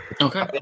Okay